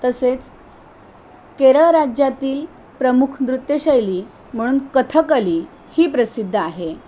तसेच केरळ राज्यातील प्रमुख नृत्यशैली म्हणून कथकली ही प्रसिद्ध आहे